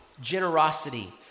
generosity